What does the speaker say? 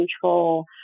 control